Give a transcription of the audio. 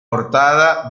portada